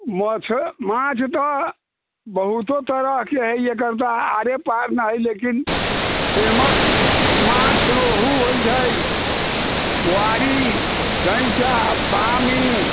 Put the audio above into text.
मछ माछ तऽ बहुतो तरहके होइए एकर तऽ आरे पार न हइ लेकिन फेमस माछ रोहु होइ छै बुआरि गैँचा वामी